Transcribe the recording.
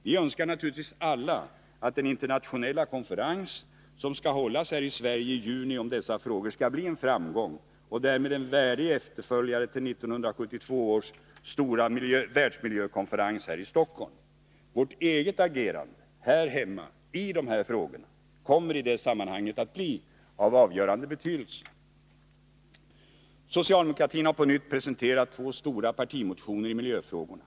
Vi önskar naturligtvis alla att den internationella konferens som skall hållas här i Sverige i juni om dessa frågor skall bli en framgång och därmed en värdig efterföljare till 1972 års stora världsmiljökonferens här i Stockholm. Vårt eget agerande här hemma i dessa frågor kommer i det sammanhanget att bli av avgörande betydelse. Socialdemokratin har på nytt presenterat två stora partimotioner i miljöfrågorna.